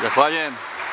Zahvaljujem.